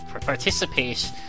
participate